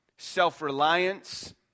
self-reliance